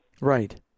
Right